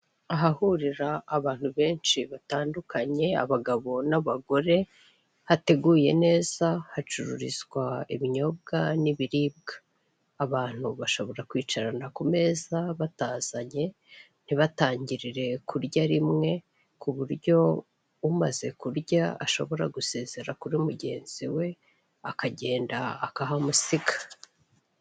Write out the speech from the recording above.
Ahahurira abantu benshi hatandukanye, abagabo n'abagore hateguye neza hacururizwa ibinyobwa n'ibiribwa, abantu bashobora kwicarana ku meza batazanye, ntibatangirire kurya rimwe ku buryo umaze kurya ashobora gusezera kuri mugenzi we, akagenda akahamusiga.